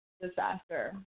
Disaster